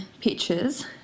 pictures